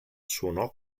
suonò